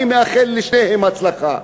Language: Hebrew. "אני מאחל לשתיהן הצלחה".